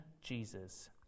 Jesus